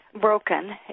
broken